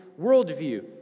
worldview